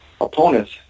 opponents